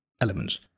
elements